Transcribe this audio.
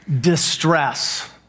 distress